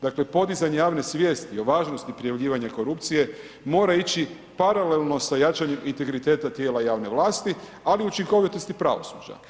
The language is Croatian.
Dakle podizanje javne svijesti o važnosti prijavljivanja korupcije mora ići paralelno sa jačanjem integriteta tijela javne vlasti ali i učinkovitosti pravosuđa.